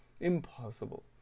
Impossible